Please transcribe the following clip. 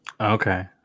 Okay